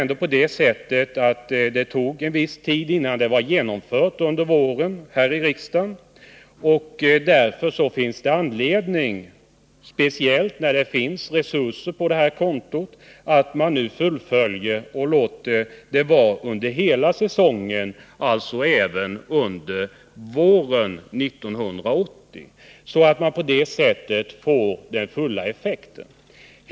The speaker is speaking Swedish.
Det tog dock en viss tid innan det här i riksdagen i våras kunde fattas beslut om stödet. Därför finns det anledning, speciellt som det finns resurser på detta konto, att nu fullfölja satsningen och låta stödet utgå under hela säsongen, alltså även under våren 1980, så att vi på det sättet får ut full effekt.